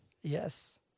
Yes